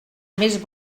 més